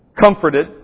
comforted